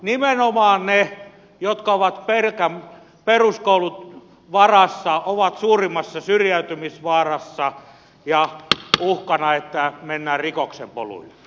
nimenomaan ne jotka ovat pelkän peruskoulun varassa ovat suurimmassa syrjäytymisvaarassa ja uhkana on että mennään rikoksen poluille